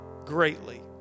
greatly